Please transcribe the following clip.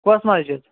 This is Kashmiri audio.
کۄس مسجِد